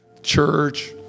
church